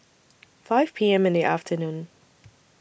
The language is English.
five P M in The afternoon